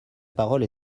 parole